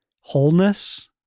wholeness